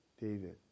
David